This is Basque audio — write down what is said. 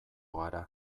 gara